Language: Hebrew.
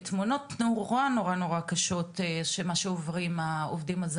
אתם נחשפים בעצם בעיקר לעובד לגבי החוזים של אותם עובדים זרים,